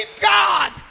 God